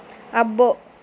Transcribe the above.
అబ్బో